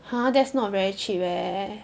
!huh! that's not very cheap leh